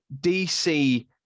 DC